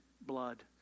blood